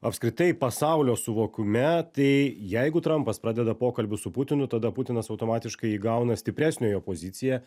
apskritai pasaulio suvokime tai jeigu trampas pradeda pokalbį su putinu tada putinas automatiškai įgauna stipresniojo poziciją